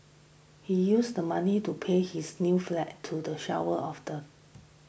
he used the money to pay his new flat to the shower of the